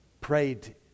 prayed